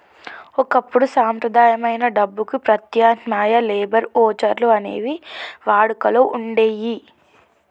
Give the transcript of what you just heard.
ఒకప్పుడు సంప్రదాయమైన డబ్బుకి ప్రత్యామ్నాయంగా లేబర్ వోచర్లు అనేవి వాడుకలో వుండేయ్యి